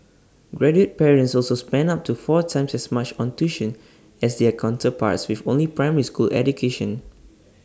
graduate parents also spent up to four times as much on tuition as their counterparts with only primary school education